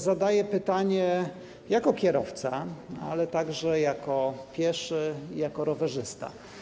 Zadaję pytanie jako kierowca, ale także jako pieszy i rowerzysta.